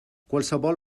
qualsevol